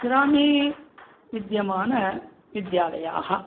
ग्रामे विद्यमानविद्यालयाः